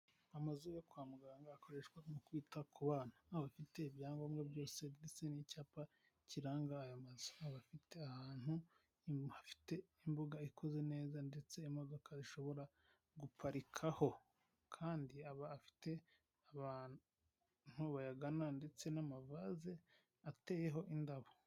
Amazu yo kwa muganga akoreshwa mu kwita ku bana bafite ibyangombwa byose ndetse n'icyapa kiranga ayo mazu aba afite ahantu hafite imbuga ikoze neza ndetse imodoka ishobora guparikaho kandi aba afite abantu bayagana ndetse n'amavase ateyeho indabo.